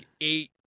eight